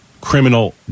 criminal